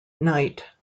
knight